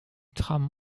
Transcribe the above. tram